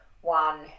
one